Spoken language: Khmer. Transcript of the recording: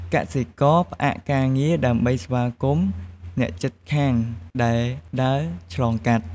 កសិករ ផ្អាកការងារដើម្បីស្វាគមន៍ អ្នកជិតខាងដែលដើរឆ្លងកាត់។